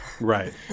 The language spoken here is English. Right